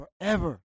forever